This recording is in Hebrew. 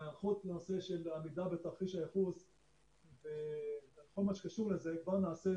ההיערכות לנושא של עמידה בתרחיש הייחוס וכל מה שקשור לזה כבר נעשית